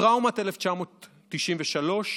טראומת 1993,